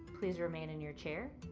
please remain in your chair.